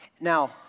Now